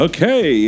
Okay